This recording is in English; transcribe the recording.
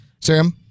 Sam